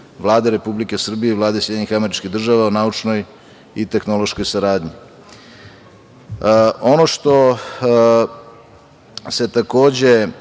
Vlade Republike Srbije i Vlade Sjedinjenih Američkih Država o naučnoj i tehnološkoj saradnji. Ono što se menja